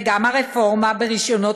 וגם הרפורמה ברישיונות,